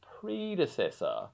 predecessor